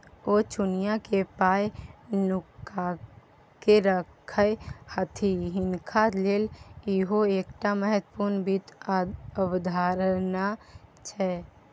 ओ चुकिया मे पाय नुकाकेँ राखय छथि हिनका लेल इहो एकटा महत्वपूर्ण वित्त अवधारणा छै